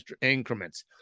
increments